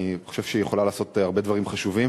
אני חושב שהיא יכולה לעשות הרבה דברים חשובים,